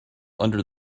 under